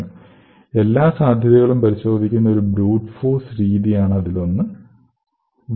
ASLR നെ മറികടക്കാൻ ഉപയോഗിക്കാവുന്ന ഒരു രീതി എല്ലാ സാധ്യതകളും പരിശോധിക്കുന്ന ഒരു ബ്രൂട്ട് ഫോഴ്സ് അറ്റാക്ക് ആണ്